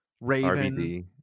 Raven